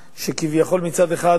שכביכול מצד אחד